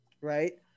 right